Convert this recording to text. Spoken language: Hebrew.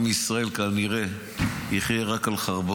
עם ישראל כנראה יחיה רק על חרבו.